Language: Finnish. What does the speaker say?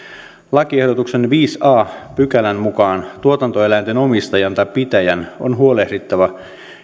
lakiehdotuksen viidennen a pykälän mukaan tuotantoeläinten omistajan tai pitäjän on huolehdittava